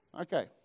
Okay